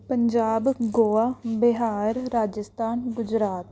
Punjab Goa Bihar Rajasthan Gujarat